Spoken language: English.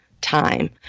time